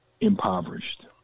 impoverished